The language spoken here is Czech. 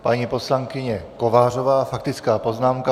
Paní poslankyně Kovářová faktická poznámka.